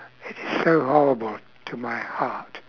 it is so horrible to my heart